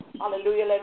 Hallelujah